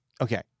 Okay